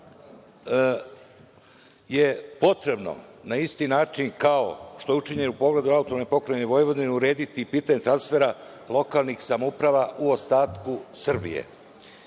je potrebno na isti način kao što je učinjeno i u pogledu AP Vojvodine urediti i pitanje transfera lokalnih samouprava u ostatku Srbije.